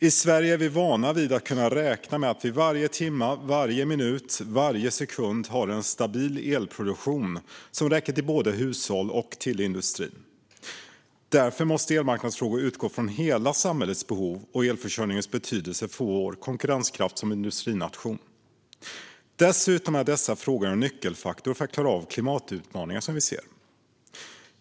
I Sverige är vi vana vid att kunna räkna med att varje timme, varje minut och varje sekund ha en stabil elproduktion som räcker till både hushåll och industri. Därför måste elmarknadsfrågor utgå från hela samhällets behov och elförsörjningens betydelse för vår konkurrenskraft som industrination. Dessutom är dessa frågor en nyckelfaktor för att klara av de klimatutmaningar som vi ser.